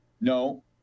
No